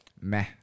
Meh